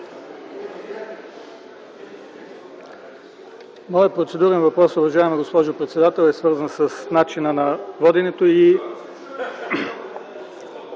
Моят процедурен въпрос, уважаема госпожо председател, е свързан с начина на водене и